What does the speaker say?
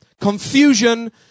Confusion